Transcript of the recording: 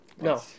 No